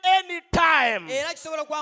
anytime